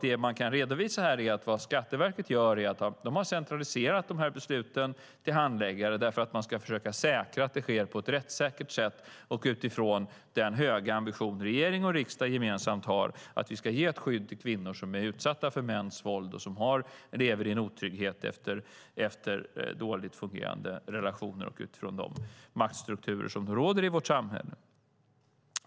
Det man kan redovisa här är att Skatteverket har centraliserat de här besluten till handläggare, därför att man ska försöka säkra att de sker på ett rättssäkert sätt och utifrån den höga ambition regering och riksdag gemensamt har, att vi ska ge ett skydd till kvinnor som är utsatta för mäns våld och som lever i en otrygghet efter dåligt fungerande relationer och utifrån de maktstrukturer som råder i vårt samhälle.